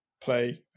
play